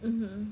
mmhmm